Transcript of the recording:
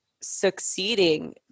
succeeding